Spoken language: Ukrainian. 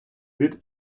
від